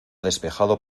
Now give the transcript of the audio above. despejado